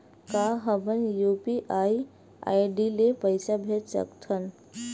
का हम UPI ID ले पईसा भेज सकथन?